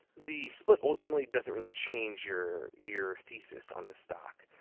the split ultimately doesn't really change your your thesis on the stock.